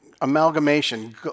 amalgamation